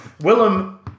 Willem